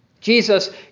Jesus